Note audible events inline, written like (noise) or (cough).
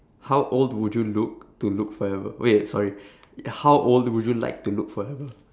how old would you look to look forever wait sorry (breath) how old would you like to look forever (noise)